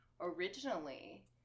originally